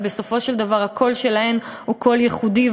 אבל בסופו של דבר הקול שלהן הוא קול ייחודי,